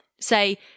Say